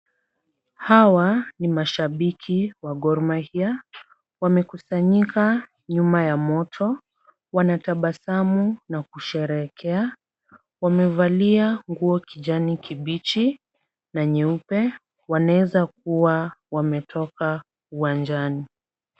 Hawa ni mashabiki wa Gor Mahia. Wamekusanyika nyuma ya moto. Wanatabasamu na kusherehekea. Wamevalia nguo kijani kibichi na nyeupe. Wanaeza kuwa wametoka uwanjani.